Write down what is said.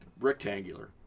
rectangular